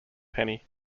penny